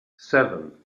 seven